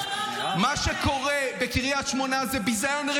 ------ מה שקורה בקריית שמונה זה ביזיון,